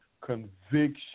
conviction